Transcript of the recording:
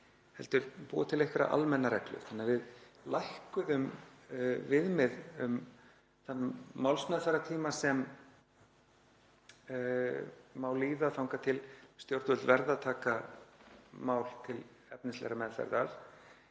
heldur búa til einhverjar almennar reglur, þannig að við lækkuðum viðmið um þann málsmeðferðartíma sem má líða þangað til stjórnvöld verða að taka mál til efnislegrar meðferðar,